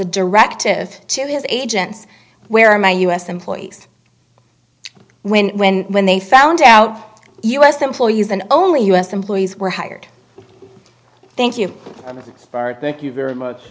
a directive to his agents where my u s employees when when when they found out u s employees and only u s employees were hired thank you thank you very much